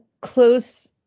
close